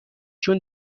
چون